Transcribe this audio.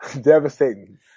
devastating